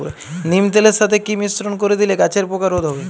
নিম তেলের সাথে কি মিশ্রণ করে দিলে গাছের পোকা রোধ হবে?